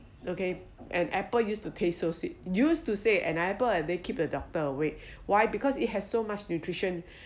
okay and apple used to taste so sweet used to say an apple they keeps the doctor away why because it has so much nutrition